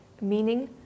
meaning